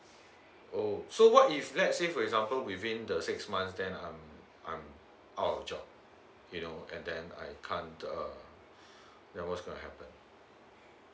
oh so what if let's say for example within the six months then um I'm out of job you know and then I can't uh there was happen